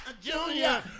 Junior